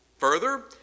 Further